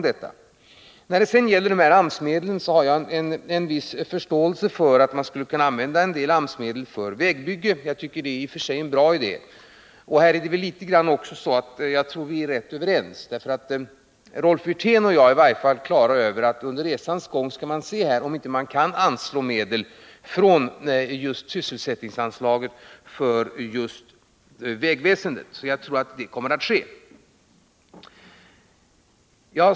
Jag har en viss förståelse för tanken att man skulle kunna använda en del AMS-medel för vägbyggen. Jag tycker det är en bra idé i och för sig. Jag tror att vi är rätt överens även här. Rolf Wirtén och jag är i varje fall på det klara med att vi under resans gång skall se om man inte kan anslå medel från sysselsättningsanslaget till vägväsendet. Jag tror att det kommer att ske.